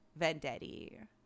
Vendetti